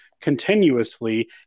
continuously